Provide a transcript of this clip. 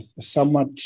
somewhat